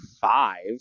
five